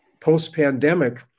post-pandemic